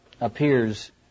appears